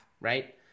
right